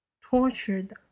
Tortured